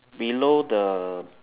below the